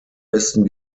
besten